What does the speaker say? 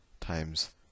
Times